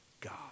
God